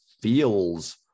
feels